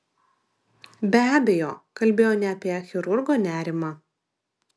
be abejo kalbėjo ne apie chirurgo nerimą